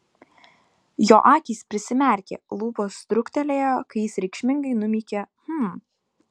jo akys prisimerkė lūpos truktelėjo kai jis reikšmingai numykė hm